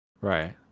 Right